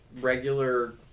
regular